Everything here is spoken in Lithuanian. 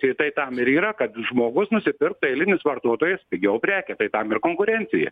tiktai tam ir yra kad žmogus nusipirktų eilinis vartotojas pigiau prekę tai tam ir konkurencija